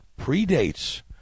predates